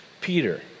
Peter